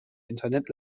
internet